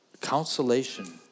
consolation